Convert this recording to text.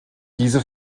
diese